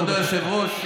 כבוד היושב-ראש,